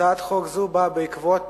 הצעת חוק זו באה בעקבות